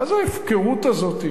מה ההפקרות הזאת?